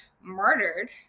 murdered